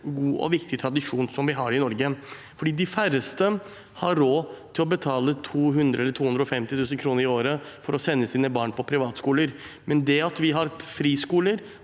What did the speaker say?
god og viktig tradisjon i Norge. De færreste har råd til å betale 200 000 eller 250 000 kr i året for å sende sine barn på privatskoler, men det at vi har friskoler,